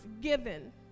given